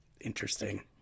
Interesting